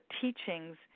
teachings